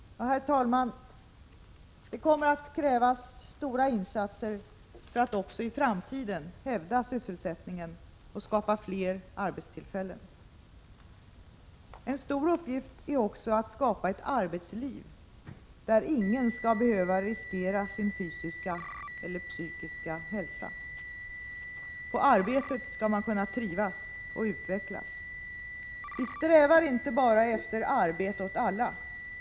Herr talman! Det kommer att krävas stora insatser för att också i framtiden hävda sysselsättningen och skapa fler arbetstillfällen. En stor uppgift är också att skapa ett arbetsliv där ingen skall behöva riskera sin fysiska eller psykiska hälsa. På arbetet skall man kunna trivas och utvecklas. Vi strävar inte bara efter arbete åt alla.